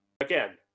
Again